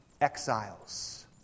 exiles